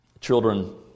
Children